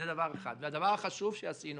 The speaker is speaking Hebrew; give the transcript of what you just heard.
הדבר החשוב שעשינו